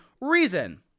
reason